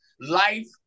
life